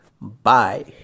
Bye